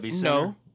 No